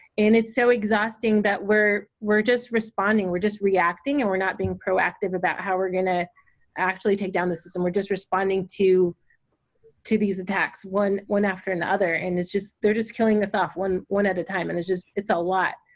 and it's so exhausting that we're we're just responding we're just reacting, and we're not being proactive about how we're gonna actually take down the system. we're just responding to to these attacks, one one after another and they're just killing us off one one at a time and it's just, it's a lot,